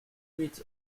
huit